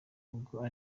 ubwo